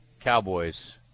Cowboys